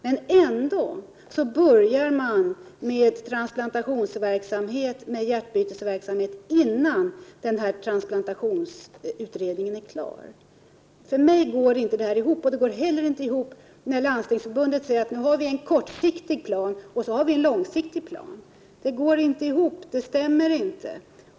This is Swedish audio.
Men ändå börjar man med hjärtbytesverksamhet innan denna transplantationsutredning är klar. För mig går inte det här ihop. Det går heller inte ihop när Landstingsförbundet säger att nu har vi en kortsiktig plan, och så har vi en långsiktig plan. Det stämmer inte.